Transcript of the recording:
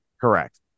Correct